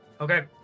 Okay